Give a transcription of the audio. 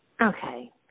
Okay